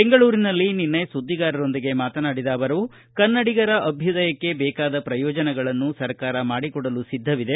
ಬೆಂಗಳೂರಿನಲ್ಲಿ ನಿನ್ನೆ ಸುದ್ದಿಗಾರರೊಂದಿಗೆ ಮಾತನಾಡಿದ ಅವರು ಕನ್ನಡಿಗರ ಅಭ್ಯುದಯಕ್ಕೆ ಬೇಕಾದ ಪ್ರಯೋಜನವನ್ನು ಸರ್ಕಾರ ಮಾಡಿಕೊಡಲು ಸಿದ್ಧವಿದೆ